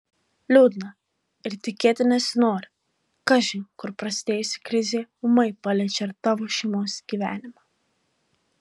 liūdna ir tikėti nesinori kažin kur prasidėjusi krizė ūmai paliečia ir tavo šeimos gyvenimą